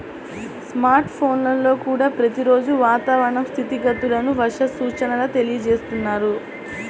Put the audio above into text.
smart ఫోన్లల్లో కూడా ప్రతి రోజూ వాతావరణ స్థితిగతులను, వర్ష సూచనల తెలియజేస్తున్నారు